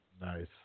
Nice